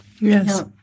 Yes